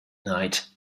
night